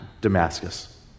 Damascus